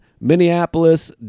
Minneapolis